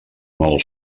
mal